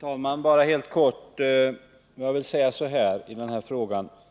Herr talman! Bara helt kort: